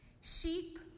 Sheep